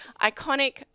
iconic